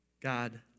God